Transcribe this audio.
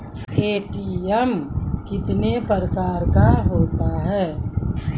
ATM कितने प्रकार का होता हैं?